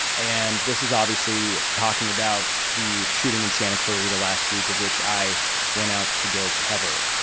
and this is obviously talking about the shooting in santa clarita last week of which i went out to go cover.